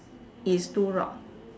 is two rocks